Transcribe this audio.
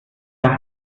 der